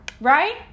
right